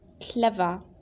Clever